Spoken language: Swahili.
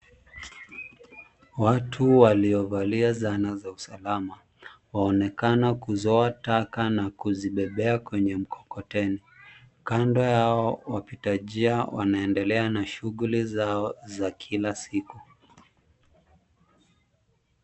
Watu waliovalia zana za usalama waonekana kuzoa taka na kuzibebea kwenye mkokoteni. Kando yao wapita njia wanaendelea na shughuli zao za kila siku.